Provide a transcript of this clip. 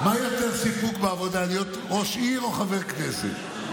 יותר סיפוק בעבודה, להיות ראש עיר או חבר כנסת?